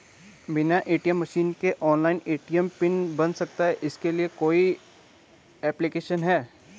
बिना ATM machine के online ATM PIN बन सकता है इसके लिए कोई ऐप्लिकेशन है?